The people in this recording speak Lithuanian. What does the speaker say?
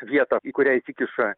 vietą į kurią įsikiša